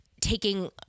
taking